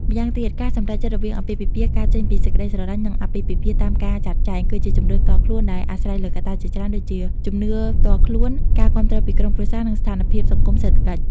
ម៉្យាងទៀតការសម្រេចចិត្តរវាងអាពាហ៍ពិពាហ៍កើតចេញពីសេចក្តីស្នេហា និងអាពាហ៍ពិពាហ៍តាមការចាត់ចែង គឺជាជម្រើសផ្ទាល់ខ្លួនដែលអាស្រ័យលើកត្តាជាច្រើនដូចជា ជំនឿផ្ទាល់ខ្លួន ការគាំទ្រពីក្រុមគ្រួសារ និងស្ថានភាពសង្គម-សេដ្ឋកិច្ច។